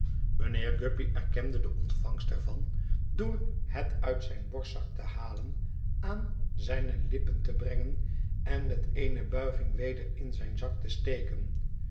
mijnheer guppy erkende de ontvangst er van door het uit zijn borstzak te halen aan zijne lippen te brengen en met eene buiging weder in zijn zak te steken